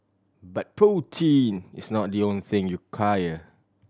but protein is not the only thing you quire